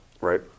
Right